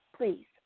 please